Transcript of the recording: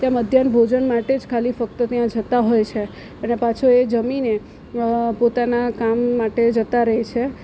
તે મધ્યાહન ભોજન માટે જ ખાલી ફક્ત ત્યાં જતાં હોય છે અને પાછો એ જમીને પોતાના કામ માટે જતા રહે છે